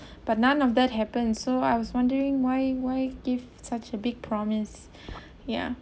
but none of that happened so I was wondering why why give such a big promise ya